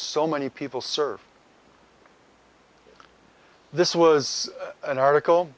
so many people serve this was an article